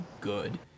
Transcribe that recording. good